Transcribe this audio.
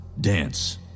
dance